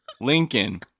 Lincoln